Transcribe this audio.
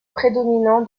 prédominant